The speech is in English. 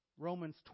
Romans